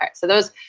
ah so those,